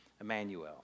Emmanuel